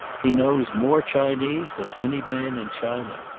he knows more chinese than any man in china.